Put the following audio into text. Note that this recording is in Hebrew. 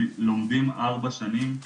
לומדים ארבע שנים,